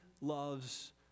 loves